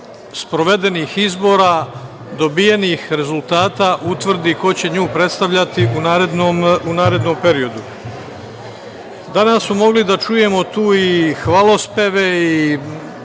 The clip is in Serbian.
sprovedenih izbora, dobijenih rezultata, utvrdi ko će nju predstavljati u narednom periodu. Danas smo mogli da čujemo tu i hvalospeve i